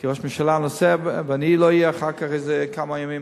כי ראש הממשלה נוסע ואני לא אהיה אחר כך כמה ימים,